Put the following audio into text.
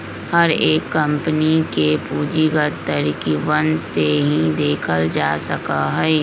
हर एक कम्पनी के पूंजीगत तरीकवन से ही देखल जा सका हई